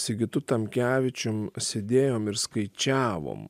sigitu tamkevičium sėdėjom ir skaičiavom